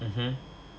mm hmm